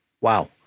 wow